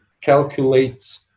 calculate